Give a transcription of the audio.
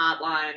hotline